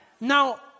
Now